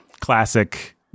classic